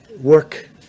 work